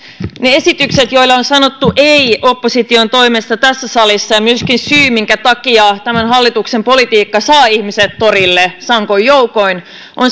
esityksille on sanottu ei opposition toimesta tässä salissa siksi ja se on myöskin syy minkä takia tämän hallituksen politiikka saa ihmiset torille sankoin joukoin